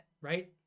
right